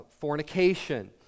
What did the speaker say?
fornication